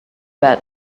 bed